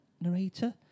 narrator